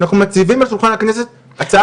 אנחנו מציבים על שולחן הכנסת הצעת חוק לנישואים אזרחיים.